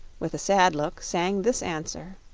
with a sad look, sang this answer